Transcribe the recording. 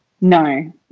No